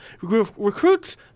Recruits